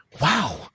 wow